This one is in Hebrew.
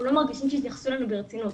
לא מרגישים שמתייחסים אלינו ברצינות.